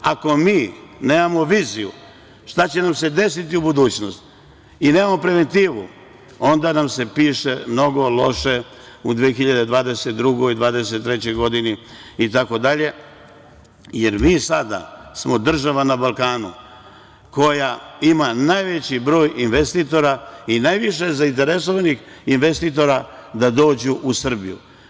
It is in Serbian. Ako mi nemamo viziju šta će nam se desiti u budućnosti i nemamo preventivu, onda nam se piše mnogo loše u 2022, 2023. godini, jer smo mi sada država na Balkanu koja ima najveći broj investitora i najviše zainteresovanih investitora da dođu u Srbiju.